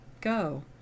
go